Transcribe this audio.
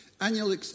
annual